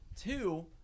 Two